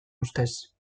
ustez